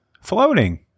Floating